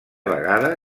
vegada